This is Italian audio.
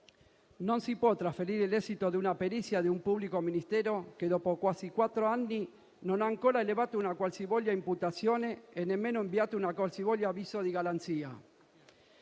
Non si può trasferire l'esito di una perizia a un pubblico ministero che, dopo quasi quattro anni, non ha ancora elevato una qualsivoglia imputazione e nemmeno inviato un qualsivoglia avviso di garanzia;